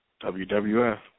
WWF